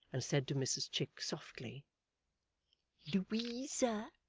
and said to mrs chick softly louisa!